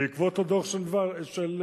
בעקבות הדוח של יודק'ה,